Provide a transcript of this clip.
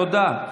תודה.